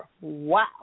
Wow